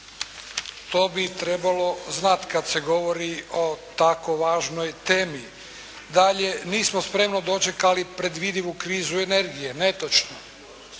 To bi trebalo znati kad se govori o tako važnoj temi. Dalje, nismo spremno dočekali predvidivu krizu energije. Netočno.